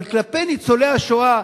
אבל כלפי ניצולי השואה,